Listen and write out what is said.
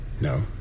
no